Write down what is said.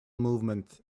movement